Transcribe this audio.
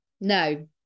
No